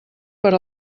per